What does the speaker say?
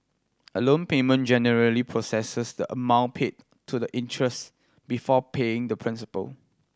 a loan payment generally processes the amount paid to the interest before paying the principal